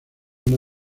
una